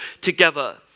together